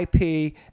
IP